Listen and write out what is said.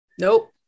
nope